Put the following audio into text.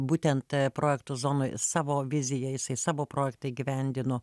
būtent projekto zonoj savo viziją jisai savo projektą įgyvendino